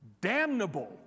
damnable